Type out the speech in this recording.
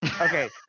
Okay